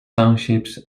townships